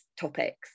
topics